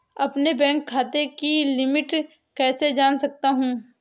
अपने बैंक खाते की लिमिट कैसे जान सकता हूं?